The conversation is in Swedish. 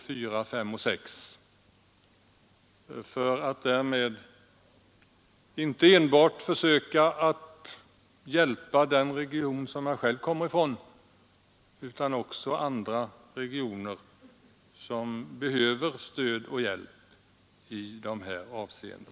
Därmed försöker jag inte enbart att hjälpa den region som jag själv kommer ifrån utan också andra regioner som behöver stöd och hjälp i dessa avseenden.